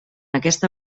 aquesta